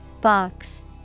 Box